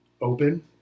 open